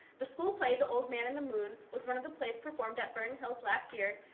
the school play, the old man and the moon, was one of the plays performed at vernon hills last year,